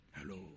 Hello